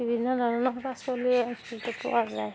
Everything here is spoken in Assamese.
বিভিন্ন ধৰণৰ পাচলি এই অঞ্চলটোত পোৱা যায়